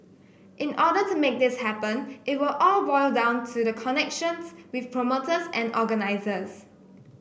in order to make this happen it will all boil down to the connections with promoters and organisers